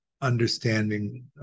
understanding